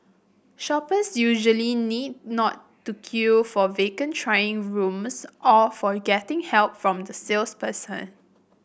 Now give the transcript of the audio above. shoppers usually need not to queue for vacant trying rooms or for getting help from the salesperson